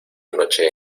noche